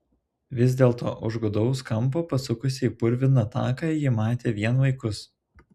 vis dėlto už gūdaus kampo pasukusi į purviną taką ji matė vien vaikus